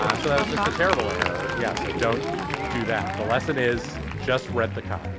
um so that was just a terrible error. yeah. so don't do that. the lesson is just read the car